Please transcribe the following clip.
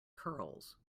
curls